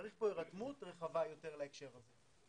צריך כאן הירתמות רחבה יותר להקשר הזה.